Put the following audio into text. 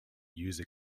user